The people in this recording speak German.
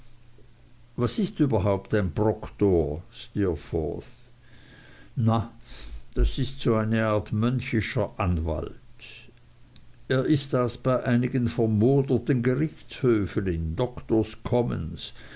was ist überhaupt ein proktor steerforth na das ist so eine art mönchischer anwalt er ist das bei einigen vermoderten gerichtshöfen in doktors commons